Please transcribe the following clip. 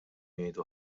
jgħidu